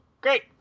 great